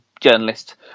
journalist